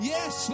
Yes